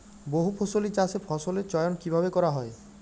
বহুফসলী চাষে ফসলের চয়ন কীভাবে করা হয়?